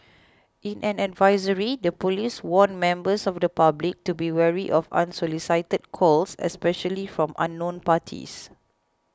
in an advisory the police warned members of the public to be wary of unsolicited calls especially from unknown parties